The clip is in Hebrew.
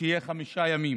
שהבידוד יהיה חמישה ימים,